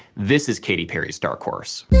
this is katy perry's dark horse.